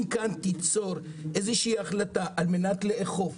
אם תיצור החלטה על מנת לאכוף,